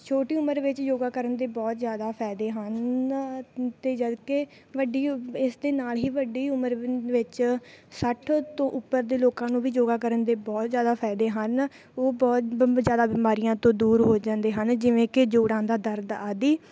ਛੋਟੀ ਉਮਰ ਵਿੱਚ ਯੋਗਾ ਕਰਨ ਦੇ ਬਹੁਤ ਜ਼ਿਆਦਾ ਫ਼ਾਇਦੇ ਹਨ ਅਤੇ ਜਦ ਕਿ ਵੱਡੀ ਇਸ ਦੇ ਨਾਲ ਹੀ ਵੱਡੀ ਉਮਰ ਵਿੱਚ ਸੱਠ ਤੋਂ ਉੱਪਰ ਦੇ ਲੋਕਾਂ ਨੂੰ ਵੀ ਯੋਗਾ ਕਰਨ ਦੇ ਬਹੁਤ ਜ਼ਿਆਦਾ ਫਾਇਦੇ ਹਨ ਉਹ ਬਹੁਤ ਜ਼ਿਆਦਾ ਬਿਮਾਰੀਆਂ ਤੋਂ ਦੂਰ ਹੋ ਜਾਂਦੇ ਹਨ ਜਿਵੇਂ ਕਿ ਜੋੜਾਂ ਦਾ ਦਰਦ ਆਦਿ